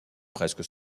presque